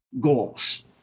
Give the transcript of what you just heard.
goals